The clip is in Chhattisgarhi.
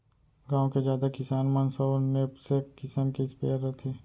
गॉँव के जादा किसान मन सो नैपसेक किसम के स्पेयर रथे